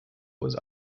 was